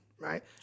Right